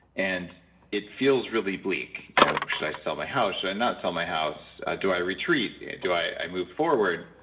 and it feels really bleak. you know should i sell my house? should i not sell my house? ah do i retreat? do i move forward?